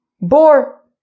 boar